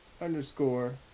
underscore